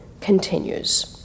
continues